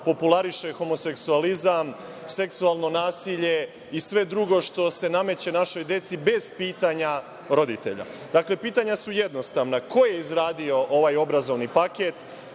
populariše homoseksualizam, seksualno nasilje i sve drugo što se nameće našoj deci, bez pitanja roditelja. Dakle, pitanja su jednostavna – ko je izradio ovaj obrazovni paket,